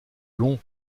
long